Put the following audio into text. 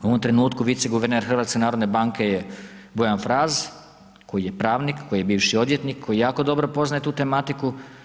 U ovom trenutku viceguverner HNB-a je Bojan Fras, koji je pravnik, koji je bivši odvjetnik, koji jako dobro poznaje tu tematiku.